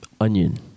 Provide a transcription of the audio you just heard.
Onion